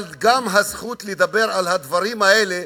אבל יש גם זכות לדבר על הדברים האלה,